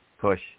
push